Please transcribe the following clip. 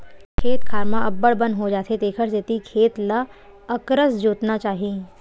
खेत खार म अब्बड़ बन हो जाथे तेखर सेती खेत ल अकरस जोतना चाही